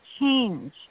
change